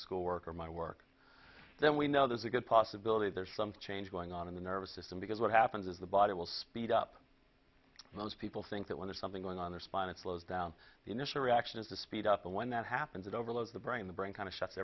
schoolwork or my work then we know there's a good possibility there's some change going on in the nervous system because what happens is the body will speed up those people think that when there's something going on their spine it slows down the initial reaction is to speed up and when that happens it overloads the brain the brain kind of shut